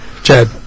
Chad